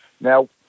Now